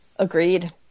Agreed